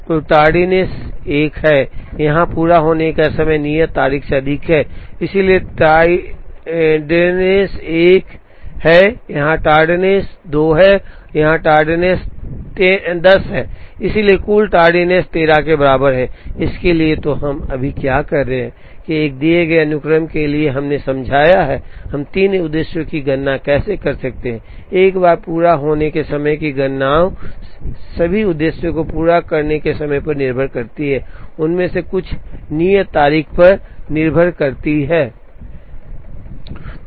तो टार्डीनेस एक है यहाँ पूरा होने का समय नियत तारीख से अधिक है इसलिए टार्डनेस एक है यहाँ टार्डनेस 2 है और यहाँ टार्डनेस 10 है इसलिए कुल टार्डीनेस 13 के बराबर है इसके लिए तो हम अभी क्या कर रहे हैं किया एक दिए गए अनुक्रम के लिए है हमने समझाया है हम 3 उद्देश्यों की गणना कैसे करते हैं एक बार पूरा होने के समय की गणना सभी उद्देश्यों को पूरा करने के समय पर निर्भर करती है उनमें से कुछ नियत तारीख पर निर्भर करते हैं